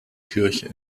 kirche